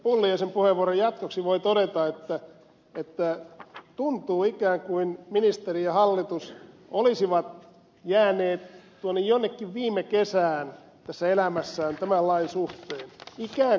pulliaisen puheenvuoron jatkoksi voi todeta että tuntuu ikään kuin ministeri ja hallitus olisivat jääneet tuonne jonnekin viime kesään tässä elämässään tämän lain suhteen